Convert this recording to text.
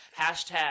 Hashtag